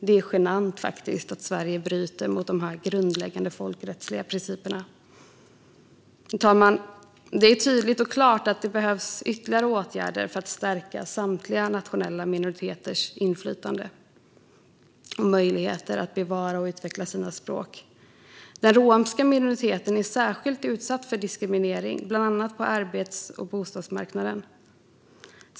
Det är faktiskt genant att Sverige bryter mot dessa grundläggande folkrättsliga principer. Fru talman! Det är tydligt och klart att det behövs ytterligare åtgärder för att stärka samtliga nationella minoriteters inflytande och möjligheter att bevara och utveckla sina språk. Den romska minoriteten är särskilt utsatt för diskriminering, bland annat på arbets och bostadsmarknaden.